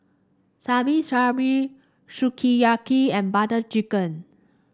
Shabu Shabu Sukiyaki and Butter Chicken